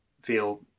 feel